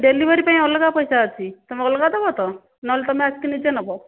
delivery ପାଇଁ ଅଲଗା ପଇସା ଅଛି ତୁମେ ଅଲଗା ଦେବ ତ ନହେଲେ ତୁମେ ଆସିକି ନିଜେ ନେବ